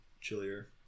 chillier